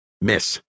Miss